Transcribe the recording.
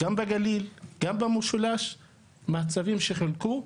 גם בגליל, גם במשולש, מהצווים שחולקו.